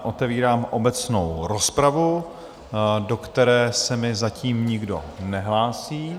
Otevírám obecnou rozpravu, do které se mi zatím nikdo nehlásí...